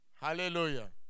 Hallelujah